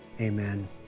Amen